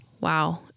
wow